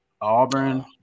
Auburn